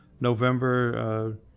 November